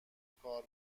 کار